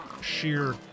sheer